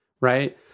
right